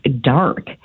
dark